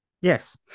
Yes